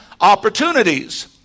opportunities